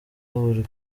buri